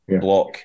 block